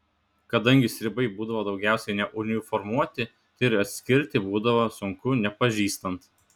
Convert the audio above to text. kadangi stribai būdavo daugiausiai neuniformuoti tai ir atskirti būdavo sunku nepažįstant